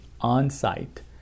on-site